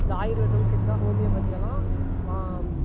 இந்த ஆயுர்வேதம் சித்தா ஹோமியோபதி எல்லாம்